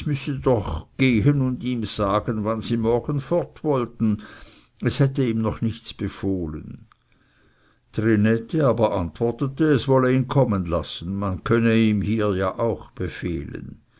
doch gehen und ihm sagen wann sie morgen fort wollten es hätte ihm noch nichts befohlen trinette aber antwortete es wolle ihn kommen lassen man könne ihm hier ja auch befehlen